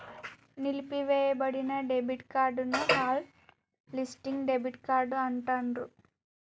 నిలిపివేయబడిన debit card ని hot listing debit card అంటాండ్రు